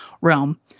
realm